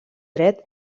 dret